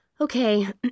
Okay